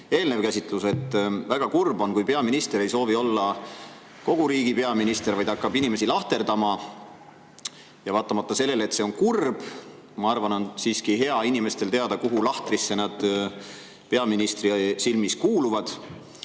eelnev käsitlus. Väga kurb on, kui peaminister ei soovi olla kogu riigi peaminister, vaid hakkab inimesi lahterdama. Vaatamata sellele, et see on kurb, ma arvan, on inimestel siiski hea teada, kuhu lahtrisse nad peaministri silmis kuuluvad. Hiljuti